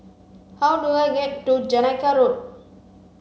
how do I get to Jamaica Road